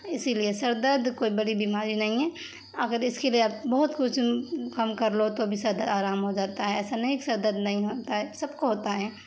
اسی لیے سر درد کوئی بڑی بیماری نہیں ہے اگر اس کے لیے اپ بہت کچھ کام کر لو تو بھی سرد آرام ہو جاتا ہے ایسا نہیں کہ سر درد نہیں ہوتا ہے سب کو ہوتا ہے